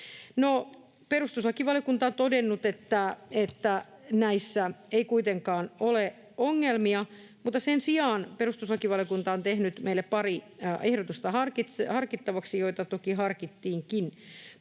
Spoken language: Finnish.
perustuslakivaliokunta on todennut, että näissä ei kuitenkaan ole ongelmia, mutta sen sijaan perustuslakivaliokunta on tehnyt meille harkittavaksi pari ehdotusta, joita toki harkittiinkin.